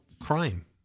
crime